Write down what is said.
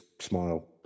smile